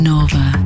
Nova